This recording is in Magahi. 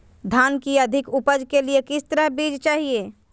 धान की अधिक उपज के लिए किस तरह बीज चाहिए?